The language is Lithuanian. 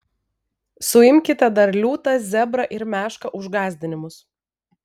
suimkite dar liūtą zebrą ir mešką už gąsdinimus